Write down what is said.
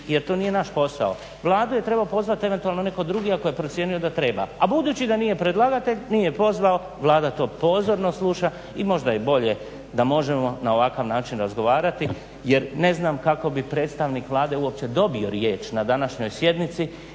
jer to nije naš posao, Vladu je trebao pozvati eventualno netko drugi ako je procijenio da treba. A budući da nije predlagatelj, nije pozvao, Vlada to pozorno sluša i možda je bolje da možemo na ovakav način razgovarati jer ne znam kako bi predstavnik Vlade uopće dobio riječ na današnjoj sjednici